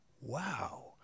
wow